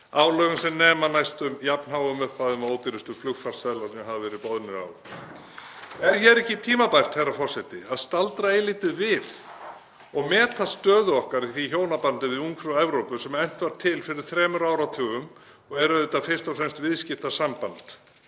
álögum sem nema næstum jafn háum upphæðum og ódýrustu flugfarseðlarnir hafa verið boðnir á. Er ekki tímabært, herra forseti, að staldra eilítið við og meta stöðu okkar í því hjónabandi við ungfrú Evrópu sem efnt var til fyrir þremur áratugum og er auðvitað fyrst og fremst viðskiptasamband?